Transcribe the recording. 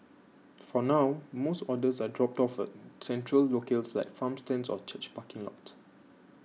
for now most orders are dropped off at central locales like farm stands or church parking lots